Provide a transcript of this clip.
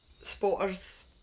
spotters